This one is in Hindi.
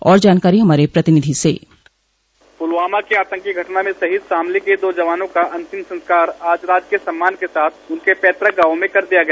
और जानकारी हमारे प्रतिनिधि से पुलवामा की आतंकी घटना में शहीद शामली के दो जवानों का अंतिम संस्कार आज राजकीय सम्मान के साथ उनके पैतृक गांवों में कर दिया गया